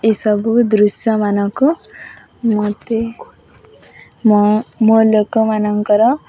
ଏସବୁ ଦୃଶ୍ୟମାନଙ୍କୁ ମୋତେ ମୋ ମୋ ଲୋକମାନଙ୍କର